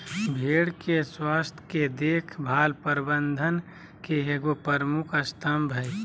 भेड़ के स्वास्थ के देख भाल प्रबंधन के एगो प्रमुख स्तम्भ हइ